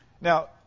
Now